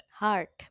heart